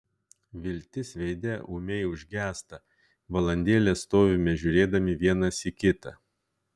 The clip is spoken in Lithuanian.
viltis veide ūmiai užgęsta valandėlę stovime žiūrėdami vienas į kitą